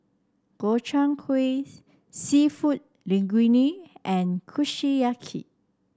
Gobchang Gui seafood Linguine and Kushiyaki